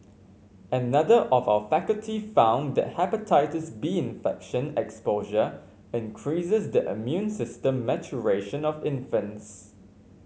another of our faculty found that Hepatitis B infection exposure increases the immune system maturation of infants